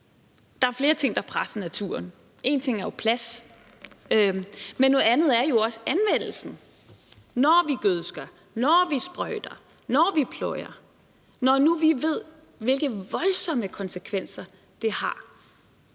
der er flere ting, der presser naturen. En ting er jo plads, men noget andet er jo også anvendelsen, når vi gødsker, når vi sprøjter, når vi pløjer. Når nu vi ved, hvilke voldsomme konsekvenser det har,